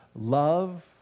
Love